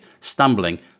stumbling